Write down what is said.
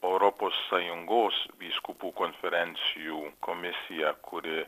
europos sąjungos vyskupų konferencijų komisija kuri